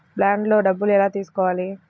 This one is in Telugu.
బ్యాంక్లో డబ్బులు ఎలా తీసుకోవాలి?